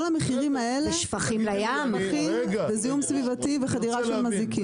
כל המחירים האלה הם מחירים בזיהום סביבתי בחדירה של מזיקים.